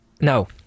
No